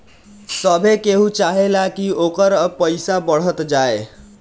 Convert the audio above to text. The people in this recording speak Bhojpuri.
सभे केहू चाहेला की ओकर पईसा बढ़त जाए